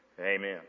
amen